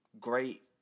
great